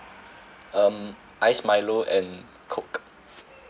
um ice milo and coke